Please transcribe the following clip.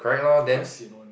quite sian one